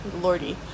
lordy